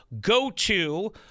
go-to